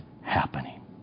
happening